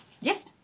Yes